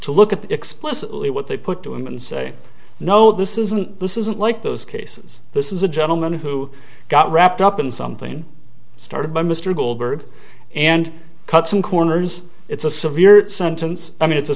to look at explicitly what they put to him and say no this isn't this isn't like those cases this is a gentleman who got wrapped up in something started by mr goldberg and cut some corners it's a severe sentence i mean it's a